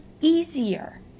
easier